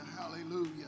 hallelujah